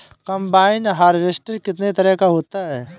Combine harvester कितने तरह का होता है?